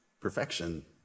perfection